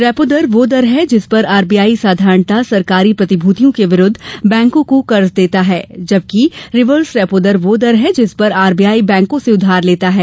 repo दर वह दर है जिस पर आरबीआई साधारणतः सरकारी प्रतिभृतियों के विरुद्ध बैंकों को कर्ज देता है जबकि रिवर्स रेपो दर वह दर है जिस पर आर बी आई बैंकों से उधार लेता है